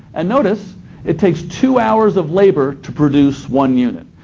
and notice it takes two hours of labor to produce one unit.